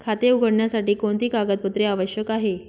खाते उघडण्यासाठी कोणती कागदपत्रे आवश्यक आहे?